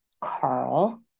Carl